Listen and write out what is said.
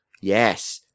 yes